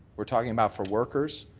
we're talking about for workers,